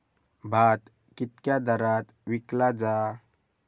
भात कित्क्या दरात विकला जा?